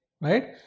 right